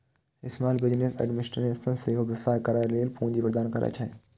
small business administration सेहो व्यवसाय करै लेल पूंजी प्रदान करै छै